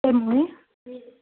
ఏమి మూవీ